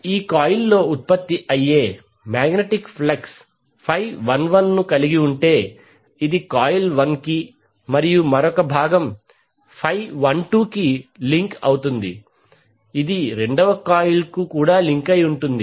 ఈ కాయిల్లో ఉత్పత్తి అయ్యే మాగ్నెటిక్ ఫ్లక్స్ 11 ను కలిగి ఉంటే ఇది కాయిల్ 1 కి మరియు మరొక భాగం 12కి లింక్ అవుతుంది ఇది రెండవ కాయిల్కు కూడా లింక్ అయి ఉంటుంది